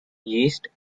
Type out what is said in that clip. yeast